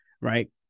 Right